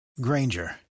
Granger